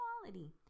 quality